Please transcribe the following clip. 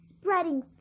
spreading